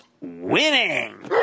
winning